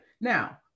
Now